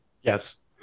Yes